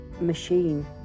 machine